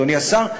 אדוני השר.